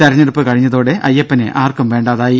തെരഞ്ഞെടുപ്പ് കഴിഞ്ഞതോടെ അയ്യപ്പനെ ആർക്കും വേണ്ടാതായി